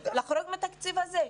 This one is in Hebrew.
לחרוג מהתקציב הזה,